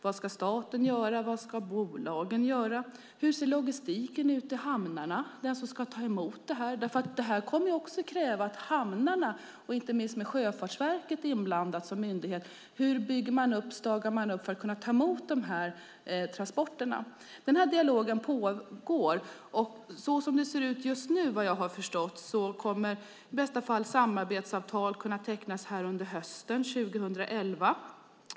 Vad ska staten göra, och vad ska bolagen göra? Hur ser logistiken ut i hamnarna, de som ska ta emot dessa transporter? Det här kommer att kräva att man tittar, med Sjöfartsverket inblandat som myndighet, på hamnarna. Hur stagar man upp i hamnarna för att kunna ta emot transporterna? Den dialogen pågår. Så som det ser ut just nu kommer, vad jag har förstått, samarbetsavtal i bästa fall att kunna tecknas under hösten 2011.